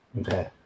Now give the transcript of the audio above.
Okay